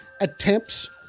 attempts